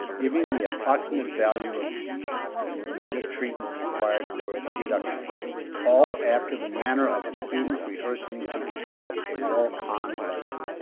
giving the approximate value of each and the mode of treatment required for its reduction all after the manner of a student rehearsing to himself a well-conned lesson.